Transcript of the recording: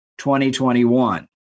2021